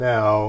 Now